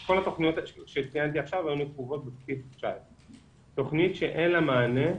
כל התוכניות שציינתי עכשיו היו נקובות בבסיס 2019. תוכנית שאין לה מענה,